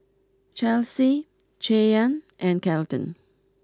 Chelsey Cheyanne and Kelton